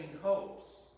hopes